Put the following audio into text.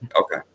Okay